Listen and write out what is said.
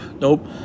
nope